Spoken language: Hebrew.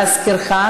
להזכירך,